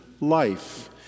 life